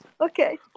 okay